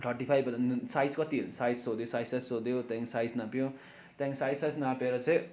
thirty five size कति हुन्छ size सोध्यो साइज साइज सोध्यो त्यहाँदेखि साइज नाप्यो त्यहाँदेखि साइज साइज नापेर चाहिँ